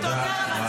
תודה רבה.